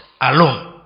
alone